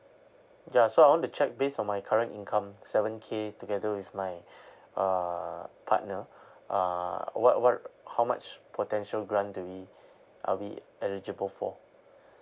yeah so I want to check based on my current income seven K together with my uh partner uh what what how much potential grant do we are we eligible for